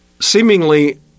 seemingly